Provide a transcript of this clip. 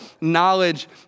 knowledge